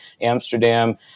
Amsterdam